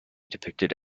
depicted